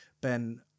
ben